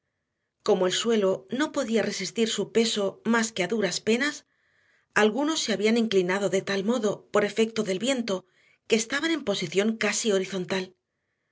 como el suelo no podía resistir su peso más que a duras penas algunos se habían inclinado de tal modo por efecto del viento que estaban en posición casi horizontal